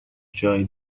جای